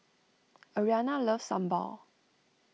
Arianna loves Sambal